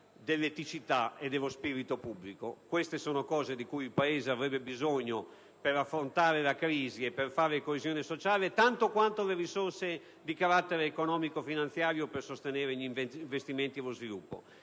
dell'eticità e dello spirito pubblico. Sono valori di cui il Paese avrebbe bisogno per affrontare la crisi e per fare coesione sociale tanto quanto le risorse di carattere economico-finanziario per sostenere gli investimenti per lo sviluppo.